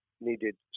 needed